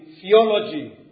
theology